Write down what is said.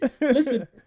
Listen